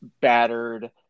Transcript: battered